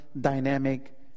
dynamic